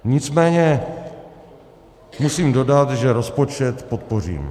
Nicméně musím dodat, že rozpočet podpořím.